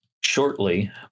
shortly